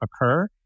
occur